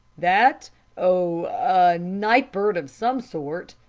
that oh, a night bird of some sort,